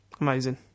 Amazing